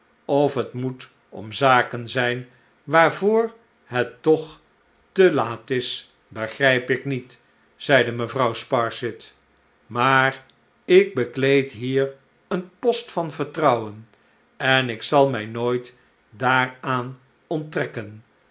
of het moet om zaken zijn waarvoor het toch te slechte tijden laat is begrijp ik niet zeide mevrouw sparsit maar ik bekleed hier een post van vertrouwen en ik zal mij nooit daaraan onttrekken